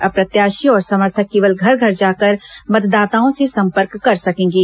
अब प्रत्याशी और समर्थक केवल घर घर जाकर मतदाताओं से संपर्क कर सकेंगे